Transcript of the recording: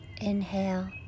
Inhale